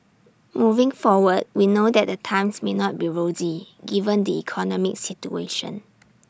moving forward we know that the times may not be rosy given the economic situation